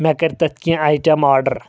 مےٚ کٔرۍ تتہِ کینٛہہ آیٹم آرڈر